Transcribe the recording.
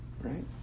right